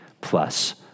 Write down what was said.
plus